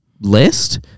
list